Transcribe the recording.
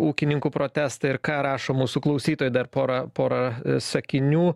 ūkininkų protestą ir ką rašo mūsų klausytojai dar pora pora sakinių